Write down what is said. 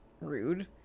rude